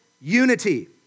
unity